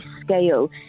scale